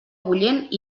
bullent